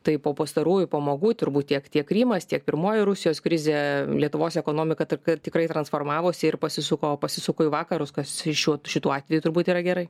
tai po pastarųjų pomogu turbūt tiek tiek krymas tiek pirmoji rusijos krizė lietuvos ekonomika tad tikrai transformavosi ir pasisuko pasisuko į vakarus kas šiuo šituo atveju turbūt yra gerai